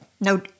No